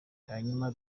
hanyuma